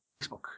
facebook